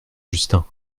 justin